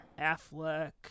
Affleck